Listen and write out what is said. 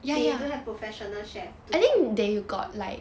they don't have professional chef